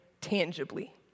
tangibly